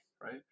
right